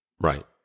Right